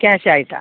ക്യാഷായിട്ടാണ്